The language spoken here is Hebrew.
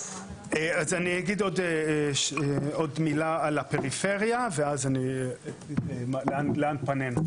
אז אני אגיד עוד על הפריפריה ואז לאן פנינו,